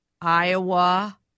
Iowa